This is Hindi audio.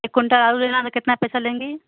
एक क्विंटल आलू लेना हमें कितना पैसा लेंगी